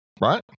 right